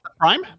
Prime